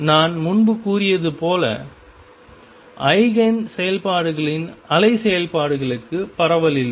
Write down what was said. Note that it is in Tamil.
நான் முன்பு கூறியது போல் ஐகேன் செயல்பாடுகளான அலை செயல்பாடுகளுக்கு பரவல் இல்லை